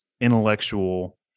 intellectual